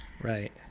Right